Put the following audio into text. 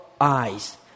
eyes